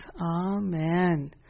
Amen